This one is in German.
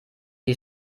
die